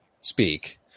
speak